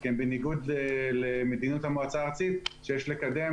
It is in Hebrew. כי הן בניגוד למדיניות המועצה הארצית שיש לקדם